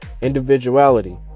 individuality